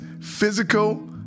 physical